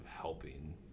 helping